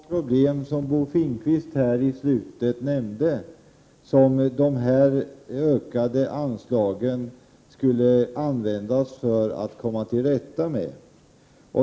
Herr talman! Det är just det problem som Bo Finnkvist nämnde i slutet av sitt senaste inlägg som de ökade anslagen skulle användas för att komma till rätta med.